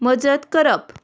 मजत करप